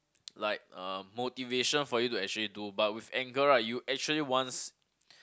like um motivation for you to actually do but with anger right you actually wants